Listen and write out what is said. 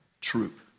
troop